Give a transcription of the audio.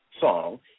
song